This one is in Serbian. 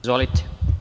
Izvolite.